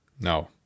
No